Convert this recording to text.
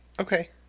Okay